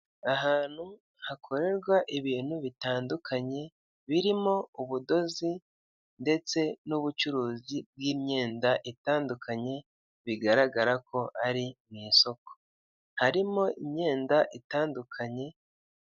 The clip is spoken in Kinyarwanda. Ahantu hakorerwa ibintu bitandukanye birimo ubudozi ndetse n'ubucuruzi bw'imyenda itandukanye bigaragara ko ari mu isoko. Harimo imyenda itandukanye.